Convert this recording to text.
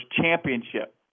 championship